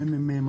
הממ"מ,